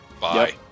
bye